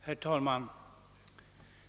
Herr talman!